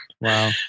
Wow